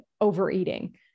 overeating